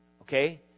Okay